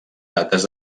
dates